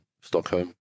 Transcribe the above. Stockholm